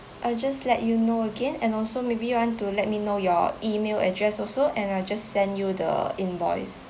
I'll just let you know again and also maybe you want to let me know your email address also and I just send you the invoice